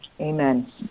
amen